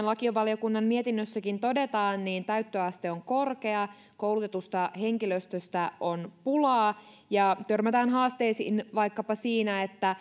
lakivaliokunnan mietinnössäkin todetaan niin täyttöaste on korkea koulutetusta henkilöstöstä on pulaa ja törmätään haasteisiin vaikkapa siinä